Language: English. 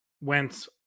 went